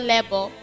Level